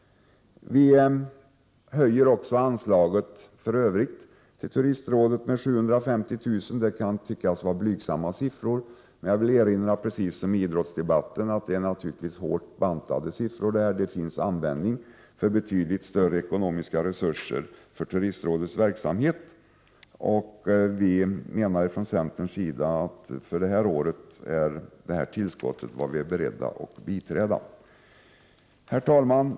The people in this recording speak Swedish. Centern vill också höja anslaget i övrigt till turistrådet med 750 000 kr. Det kan tyckas vara ett blygsamt belopp, men jag vill, liksom i idrottsdebatten, erinra om att det är ett hårt bantat belopp. Det finns användning för betydligt större ekonomiska resurser för turistrådets verksamhet. Men detta belopp är vad centern för detta år är beredd att gå med på. Herr talman!